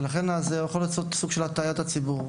ולכן זה יכול לעשות הטעיה לציבור.